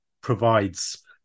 provides